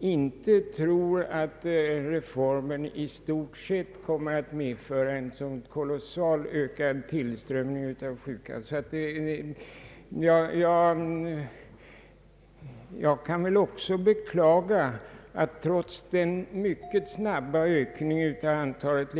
inte tror att reformen i stort sett kommer att medföra en så kolossalt ökad tillströmning av sjuka. Jag kan också beklaga att läkarna tydligen inte räcker trots den mycket snabba ökningen av antalet.